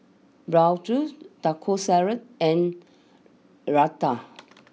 Bratwurst Taco Salad and Raita